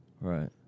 right